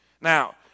Now